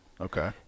Okay